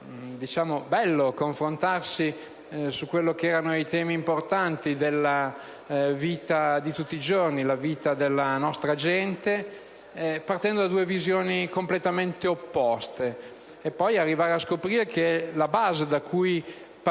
veramente bello confrontarsi sui temi importanti della vita di tutti i giorni, della vita della nostra gente, partendo da due visioni completamente opposte, per poi arrivare a scoprire che la base da cui partiva